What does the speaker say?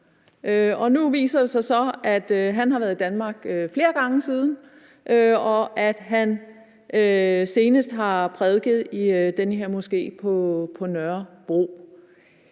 nu viser det sig så, at han har været i Danmark flere gange siden, og at han senest har prædiket i den her moske på på Nørrebro.